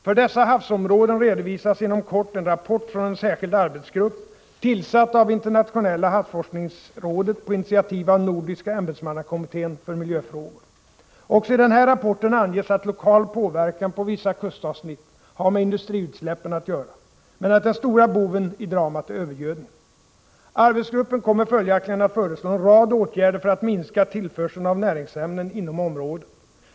För dessa havsområden redovisas inom kort en rapport från en särskild arbetsgrupp, tillsatt av Internationella havsforskningsrådet på initiativ av Nordiska ämbetsmannakommittén för miljöfrågor. Också i den här rapporten anges att lokal påverkan på vissa kustavsnitt har med industriutsläppen att göra men att den stora boven i dramat är övergödningen. Arbetsgruppen kommer följaktligen att föreslå en rad åtgärder för att minska tillförseln av näringsämnen inom området.